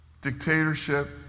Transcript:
dictatorship